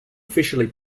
officially